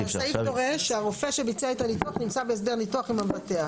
הסעיף דורש שהרופא שנמצא בהסדר ניתוח עם המבצע.